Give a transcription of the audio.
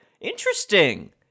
Interesting